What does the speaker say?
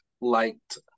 liked